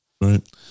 Right